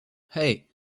hey